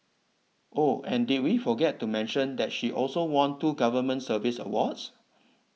oh and did we forget to mention that she also won two government service awards